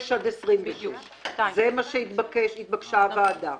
26-6. זה מה שהתבקשה הוועדה.